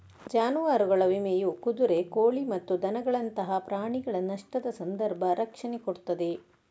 ಜಾನುವಾರುಗಳ ವಿಮೆಯು ಕುದುರೆ, ಕೋಳಿ ಮತ್ತು ದನಗಳಂತಹ ಪ್ರಾಣಿಗಳ ನಷ್ಟದ ಸಂದರ್ಭ ರಕ್ಷಣೆ ಕೊಡ್ತದೆ